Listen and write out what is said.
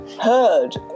heard